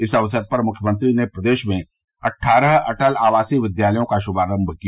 इस अवसर पर मुख्यमंत्री ने प्रदेश में अट्ठारह अटल आवासीय विद्यालयों का शुभारंभ किया